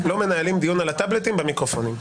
לא מנהלים דיון על הטבלטים במיקרופונים.